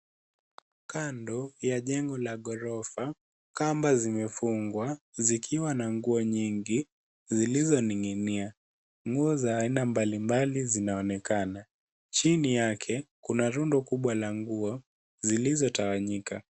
Kando la jengo la ghorofa kamba zimefungwa, zikiwa na nguo nyingi ,zilizoninginia. Nguo za aina mbali mbali, zinaonekana. Chini yake Kuna rundo kubwa la nguo zilizotawanyika.